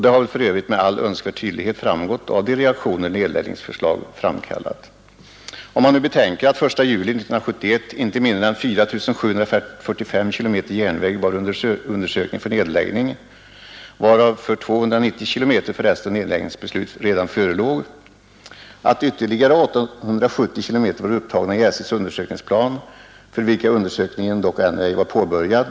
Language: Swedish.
Det har väl för övrigt med all önskvärd tydlighet framgått av de reaktioner nedläggningsförslagen framkallat. Den 1 juli 1971 var inte mindre än 4 745 km järnväg under undersökning för nedläggning — för 290 km härav förelåg redan nedläggningsbeslut. Ytterligare 870 km var upptagna i SJ:s undersökningsplan men undersökningen var ännu ej påbörjad.